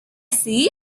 see